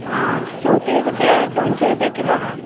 आं शेंवते सद्द्या दोनशे रुपया किलो आहा